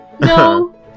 No